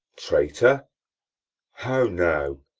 traitor how now?